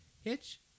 Hitch